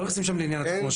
לא נכנסים שם לעניין התחמושת.